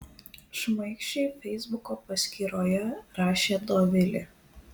šmaikščiai feisbuko paskyroje rašė dovilė